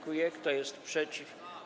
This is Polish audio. Kto jest przeciw?